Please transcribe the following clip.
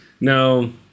No